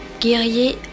guerrier